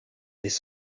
his